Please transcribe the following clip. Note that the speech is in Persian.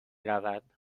رود